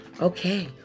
Okay